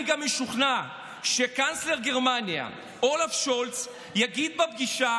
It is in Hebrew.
אני גם משוכנע שקנצלר גרמניה אולף שולץ יגיד בפגישה